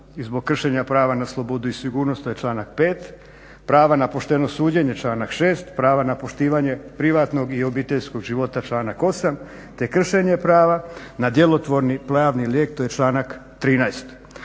i zbog kršenja prava na slobodu i sigurnost, to je članak 5; prava na pošteno suđenje članak 6; prava na poštivanje privatnog i obiteljskog života, članak 8. te kršenje prava na djelotvorni pravni lijek to je članak 13.